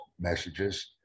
messages